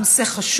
זה נושא חשוב.